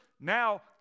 now